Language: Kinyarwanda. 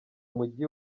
mujyi